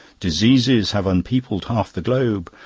diseases have unpeopled half the globe,